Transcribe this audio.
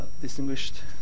Distinguished